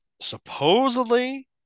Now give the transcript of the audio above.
Supposedly